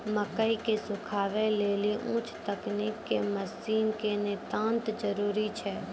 मकई के सुखावे लेली उच्च तकनीक के मसीन के नितांत जरूरी छैय?